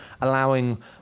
allowing